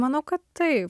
manau kad taip